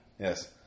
Yes